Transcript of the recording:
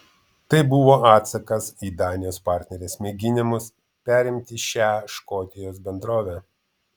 tai buvo atsakas į danijos partnerės mėginimus perimti šią škotijos bendrovę